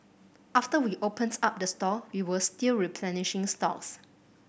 after we opens up the store we were still replenishing stocks